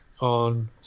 on